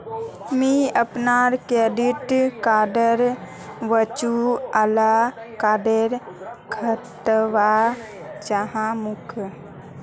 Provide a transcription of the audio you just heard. मी अपनार क्रेडिट कार्डडेर वर्चुअल कार्ड दखवा चाह मु